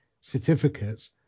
certificates